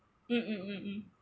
mm mm mm mm